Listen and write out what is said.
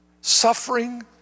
Suffering